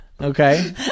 Okay